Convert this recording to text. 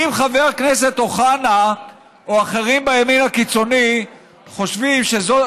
אם חבר הכנסת אוחנה או אחרים בימין הקיצוני חושבים שזו,